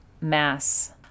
mass